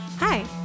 Hi